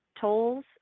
tolls